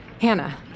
Hannah